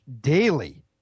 daily